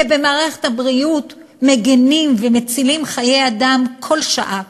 כי במערכת הבריאות מגינים ומצילים חיי אדם כל שעה,